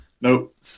Nope